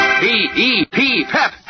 P-E-P-Pep